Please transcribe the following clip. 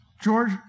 George